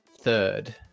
third